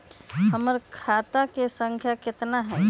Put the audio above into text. हमर खाता के सांख्या कतना हई?